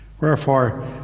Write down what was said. Wherefore